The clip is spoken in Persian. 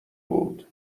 بود